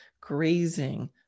grazing